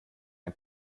ein